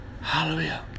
Hallelujah